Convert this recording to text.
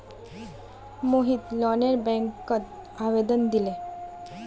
मोहित लोनेर बैंकत आवेदन दिले